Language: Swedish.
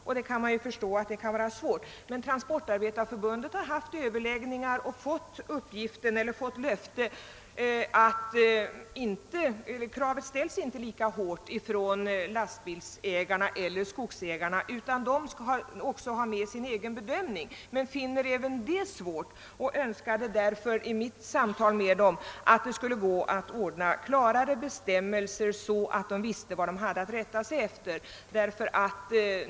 Vid samtal med Transportarbetareförbundets avdelning i Ljusdal har jag erfarit att man vid överläggningar med lastbilsägarna och skogsägarna fått veta att dessa inte ställer så hårda krav på last, som jag förmodat utan att hänsyn skall tas till chaufförernas egen bedömning. Men även detta finner man vara svårt, och transportarbetarna önskar därför klarare bestämmelser så att de vet vad de har att rätta sig efter.